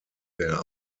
der